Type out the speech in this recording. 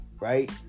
right